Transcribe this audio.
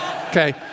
Okay